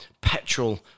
petrol